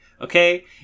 Okay